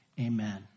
Amen